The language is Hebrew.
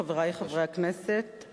חברי חברי הכנסת,